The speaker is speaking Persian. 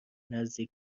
نزدیک